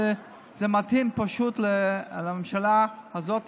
וזה מתאים פשוט לממשלה הזאת,